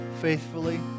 faithfully